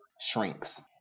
shrinks